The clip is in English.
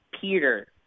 Peter